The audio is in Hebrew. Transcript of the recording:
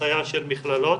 הנחיה של מכללות